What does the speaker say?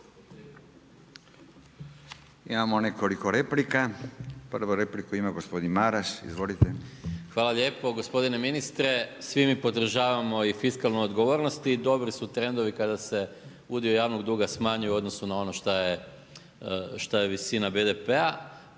Imamo nekoliko replika. Prvu repliku ima gospodin Maras, izvolite. **Maras, Gordan (SDP)** Hvala lijepo. Gospodine ministre, svi mi podržavamo i fiskalnu odgovornost i dobri su trendovi kada se udio javnog duga smanjuje u odnosu na ono što je visina BDP-a,